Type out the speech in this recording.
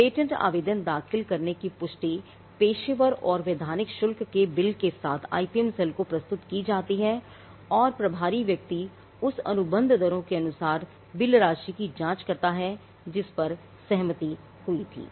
patent आवेदन दाखिल करने की पुष्टि पेशेवर और वैधानिक शुल्क के बिल के साथ आईपीएम सेल को प्रस्तुत की जाती है और प्रभारी व्यक्ति उस अनुबंध दरों के अनुसार बिल राशि की जांच करता है जिस पर सहमति हुई थी